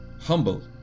humble